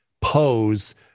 pose